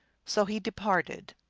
so he departed.